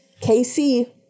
KC